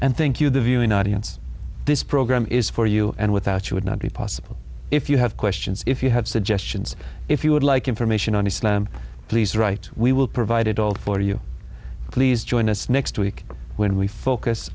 and thank you the viewing audience this program is for you and without you would not be possible if you have questions if you have suggestions if you would like information on islam please write we will provide it all for you please join us next week when we focus